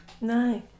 no